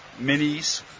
Minis